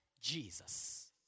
Jesus